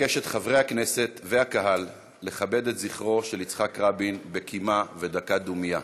אבקש את חברי הכנסת והקהל לכבד את זכרו של יצחק רבין בקימה ודקה דומייה.